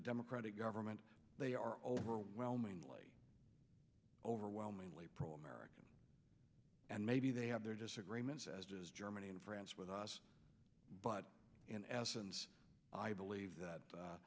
democratic government they are overwhelmingly overwhelmingly pro american and maybe they have their disagreements as is germany and france with us but in essence i believe that